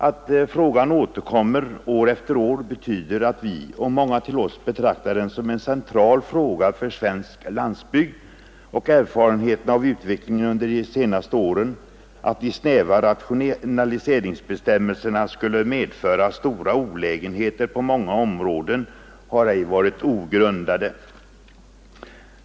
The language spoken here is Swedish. Att frågan återkommer år efter år betyder att vi, och många med oss, betraktar den som en central fråga för svensk landsbygd. Erfarenheterna av utvecklingen under de senaste åren, att de snäva rationaliseringsbestämmelserna skulle medföra stora olägenheter på många områden, har inte varit ogrundade.